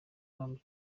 camp